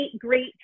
great